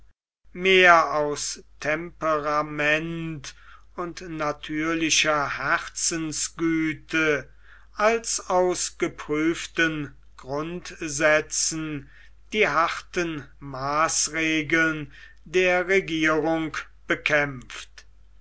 mehr aus temperament und natürlicher herzensgüte als aus geprüften grundsätzen die harten maßregeln der regierung bekämpft